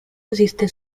esiste